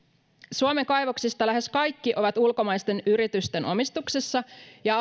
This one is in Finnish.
suomen kaivoksista lähes kaikki ovat ulkomaisten yritysten omistuksessa ja